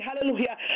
hallelujah